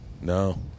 No